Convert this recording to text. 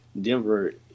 Denver